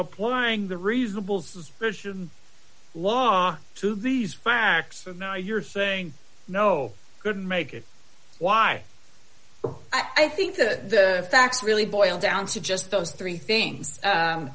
applying the reasonable suspicion law to these facts and now you're saying no good make it why i think that the facts really boil down to just those three things